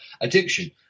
addiction